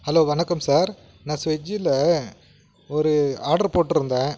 hello வணக்கம் sir நான் ஸ்விஜ்ஜியில் ஒரு ஆர்டர் போட்டிருந்தேன்